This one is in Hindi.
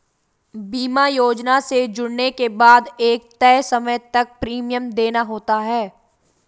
बीमा योजना से जुड़ने के बाद एक तय समय तक प्रीमियम देना होता है